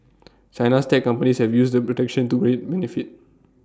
China's tech companies have used the protection to great benefit